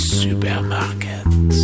supermarket